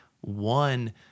one